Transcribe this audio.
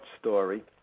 story